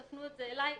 תפנו את זה אליי,